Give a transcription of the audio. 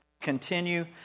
continue